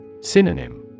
Synonym